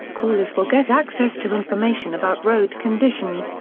callers will get access to information about road conditions,